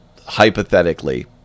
hypothetically